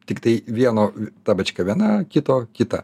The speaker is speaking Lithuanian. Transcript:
tiktai vieno ta bačka viena kito kita